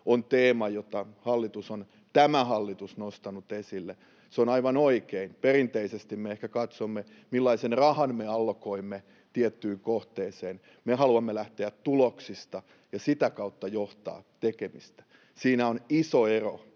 on teema, jota tämä hallitus on nostanut esille. Se on aivan oikein. Perinteisesti me ehkä katsomme, millaisen rahan me allokoimme tiettyyn kohteeseen. Me haluamme lähteä tuloksista ja sitä kautta johtaa tekemistä. Siinä on iso ero